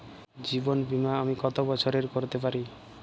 জীবন বীমা আমি কতো বছরের করতে পারি?